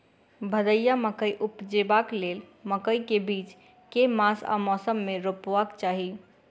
भदैया मकई उपजेबाक लेल मकई केँ बीज केँ मास आ मौसम मे रोपबाक चाहि?